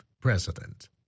president